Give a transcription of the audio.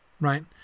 right